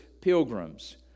Pilgrims